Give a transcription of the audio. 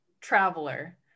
traveler